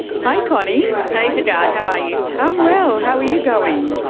hi connie! hi hagar, how are you? i'm well, how are you going?